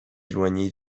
éloignés